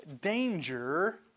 danger